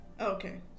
Okay